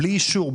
בלי אישור,